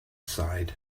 sighed